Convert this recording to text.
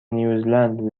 نیوزلند